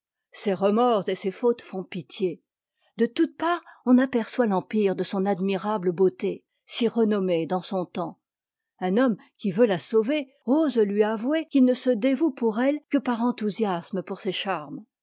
ses remords et ses fautes font pitié de toutes parts on aperçoit l'empire de son admirable beauté si renommée dans son temps un homme qui veut la sauver ose lui avouer qu'il ne se dévoue pour elle que par enthousiasme pour ses charmes